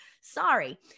sorry